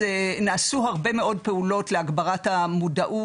אז נעשו הרבה מאוד פעולות להגברת המודעות,